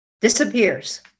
disappears